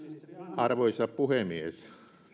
arvoisa puhemies